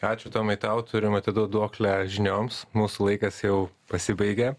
ačiū tomai tau turim atiduot duoklę žinioms mūsų laikas jau pasibaigė